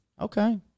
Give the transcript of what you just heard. Okay